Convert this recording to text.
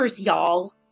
y'all